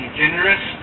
generous